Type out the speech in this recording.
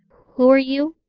who are you?